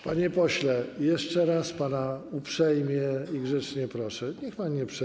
Panie pośle, jeszcze raz pana uprzejmie i grzecznie proszę, niech pan nie przerywa.